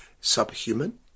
subhuman